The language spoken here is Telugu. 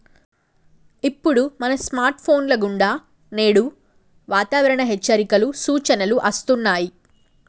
ఇప్పుడు మన స్కార్ట్ ఫోన్ల కుండా నేడు వాతావరణ హెచ్చరికలు, సూచనలు అస్తున్నాయి